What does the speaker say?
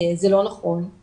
זה לא נכון,